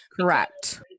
Correct